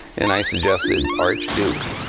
and i suggested archduke.